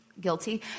guilty